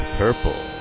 purple